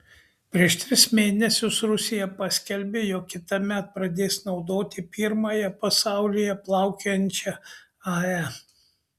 prieš tris mėnesius rusija paskelbė jog kitąmet pradės naudoti pirmąją pasaulyje plaukiojančią ae